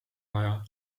vaja